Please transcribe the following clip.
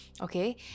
Okay